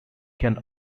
can